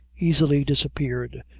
easily disappeared,